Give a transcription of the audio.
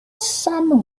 son